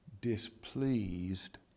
displeased